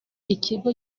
ikigo